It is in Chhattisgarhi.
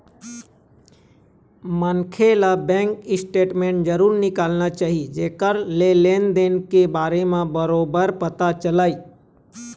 मनखे ल बेंक स्टेटमेंट जरूर निकालना चाही जेखर ले लेन देन के बारे म बरोबर पता चलय